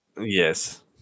Yes